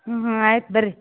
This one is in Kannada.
ಹ್ಞೂ ಹ್ಞೂ ಆಯ್ತು ಬರ್ರಿ